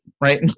right